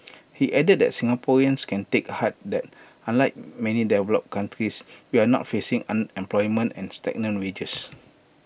he added that Singaporeans can take heart that unlike many developed countries we are not facing unemployment and stagnant wages